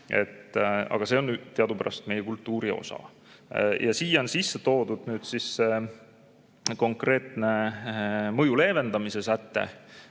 Aga see on teadupärast meie kultuuri osa. Ja siia on sisse toodud konkreetne mõju leevendamise säte